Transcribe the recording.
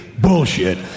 bullshit